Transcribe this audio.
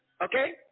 okay